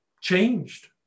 changed